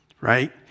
Right